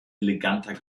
eleganter